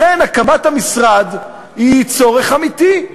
לכן הקמת המשרד היא צורך אמיתי.